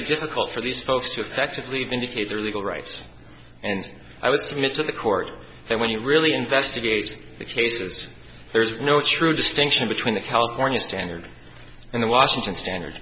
it difficult for these folks to effectively vindicate their legal rights and i would submit to the court that when you really investigate cases there is no true distinction between the california standard and the washington standard